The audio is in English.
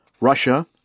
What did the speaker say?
Russia